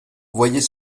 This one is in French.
voyez